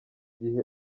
gihe